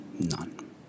None